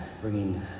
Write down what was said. bringing